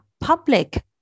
public